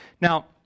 Now